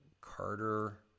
Carter